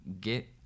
get